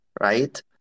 right